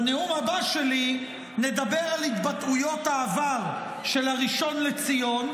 בנאום הבא שלי נדבר על התבטאויות העבר של הראשון לציון,